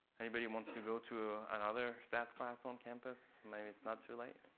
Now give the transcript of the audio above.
anybody want to go to ah and other stats class on campus? maybe it's not too late.